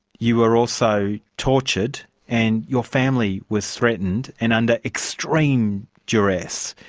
you were also tortured and your family was threatened and, under extreme duress,